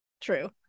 True